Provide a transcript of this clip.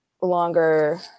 longer